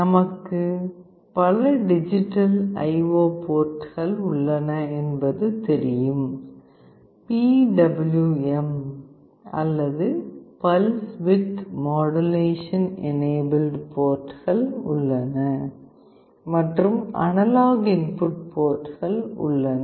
நமக்கு பல digital IO போர்ட்கள் உள்ளன என்பது தெரியும் PWM அல்லது பல்ஸ் விட்த் மாடுலேஷன் எனேபில்ட் போர்ட்கள் உள்ளன மற்றும் அனலாக் இன்புட் போர்ட்கள் உள்ளன